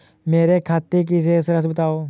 मेरे खाते की शेष राशि बताओ?